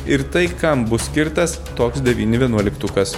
ir tai kam bus skirtas toks devyni vienuoliktukas